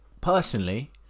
Personally